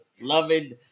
loving